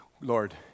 Lord